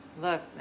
Look